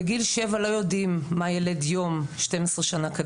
בגיל שבע לא יודעים מה ילד יום ומה יהיה עוד 12 שנים.